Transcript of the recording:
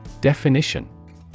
Definition